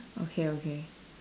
okay okay